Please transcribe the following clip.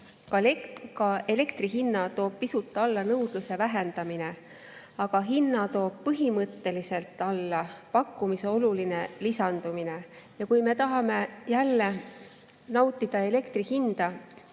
Ka elektri hinna toob pisut alla nõudluse vähendamine, aga hinna toob põhimõtteliselt alla pakkumise oluline lisandumine. Ja kui me tahame jälle nautida elektri hinda